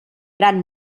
gran